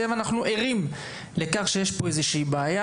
ואנחנו ערים לכך שיש פה איזושהי בעיה,